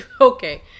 okay